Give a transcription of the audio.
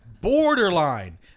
borderline